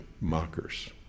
mockers